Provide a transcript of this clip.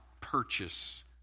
purchase